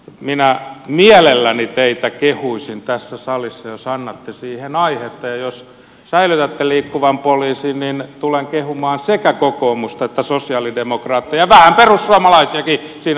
minä mielelläni teitä kehuisin tässä salissa jos annatte siihen aihetta ja jos säilytätte liikkuvan poliisin niin tulen kehumaan sekä kokoomusta että sosialidemokraatteja ja vähän perussuomalaisiakin siinä sivussa